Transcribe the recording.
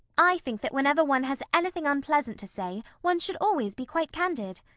i think that whenever one has anything unpleasant to say, one should always be quite candid.